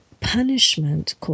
punishment